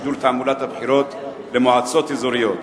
שידור תעמולת בחירות למועצות האזוריות).